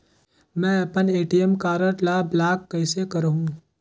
मै अपन ATM card ल ब्लाक कइसे करहूं?